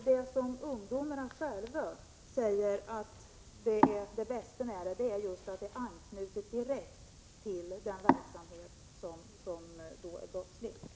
Det som ungdomarna själva säger är det bästa med detta är just är att det anknyter direkt till den brottsliga verksamheten.